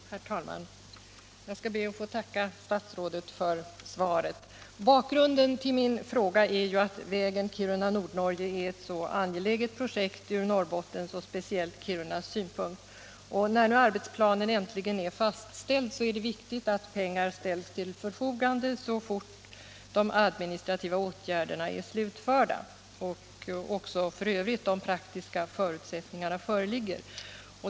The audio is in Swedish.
Herr talman! Jag skall be att få tacka statsrådet för svaret. Bakgrunden till min fråga är att vägen Kiruna-Nordnorge är ett så angeläget projekt ur Norrbottens och speciellt Kirunas synpunkt, och när nu arbetsplanen äntligen är fastställd är det viktigt att pengar ställs till förfogande så fort de administrativa åtgärderna är slutförda och de praktiska förutsättningarna föreligger.